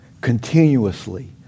continuously